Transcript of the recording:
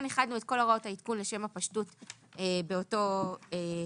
איחדנו את כל הוראות העדכון לשם הפשטות באותו סעיף